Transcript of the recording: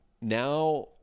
now